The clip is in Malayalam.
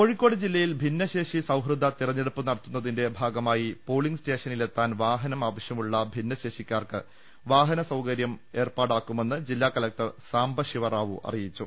കോഴിക്കോട് ജില്ലയിൽ ഭിന്നശേഷി സൌഹൃദ്ദ തിരഞ്ഞെടുപ്പ് നടത്തുന്നതിന്റെ ഭാഗമായി പോളിംഗ് സ്റ്റേഷനില്ലെത്താൻ വാഹനം ആവശ്യമുള്ള ഭിന്നശേഷിക്കാർക്ക് വാഹന് സൌകര്യം ഏർപ്പാടാ ക്കുമെന്ന് ജില്ലാ കലക്ടർ സാംബശിവ റാവു അറിയിച്ചു